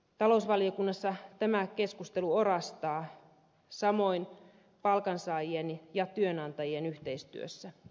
talousvaliokunnassa tämä keskustelu orastaa samoin palkansaajien ja työnantajien yhteistyössä